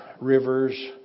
rivers